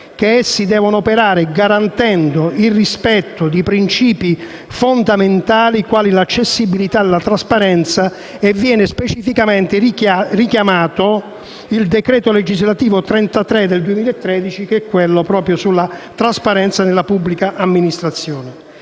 che essi devono operare garantendo il rispetto di principi fondamentali quali l'accessibilità e la trasparenza, richiamandosi specificamente il decreto legislativo 14 marzo 2013, n. 33, sulla trasparenza nella pubblica amministrazione.